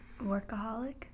workaholic